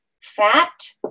fat